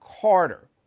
carter